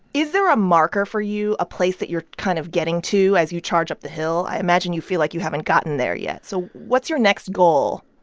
is there a marker for you, a place that you're kind of getting to as you charge up the hill? i imagine you feel like you haven't gotten there yet. so what's your next goal?